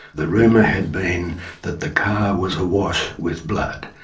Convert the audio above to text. the rumour had been that the car was awash with blood.